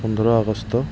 পোন্ধৰ আগষ্ট